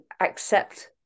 accept